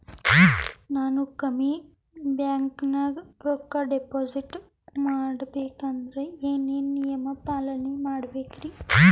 ನಾನು ನಿಮ್ಮ ಬ್ಯಾಂಕನಾಗ ರೊಕ್ಕಾ ಡಿಪಾಜಿಟ್ ಮಾಡ ಬೇಕಂದ್ರ ಏನೇನು ನಿಯಮ ಪಾಲನೇ ಮಾಡ್ಬೇಕ್ರಿ?